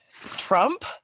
Trump